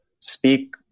speak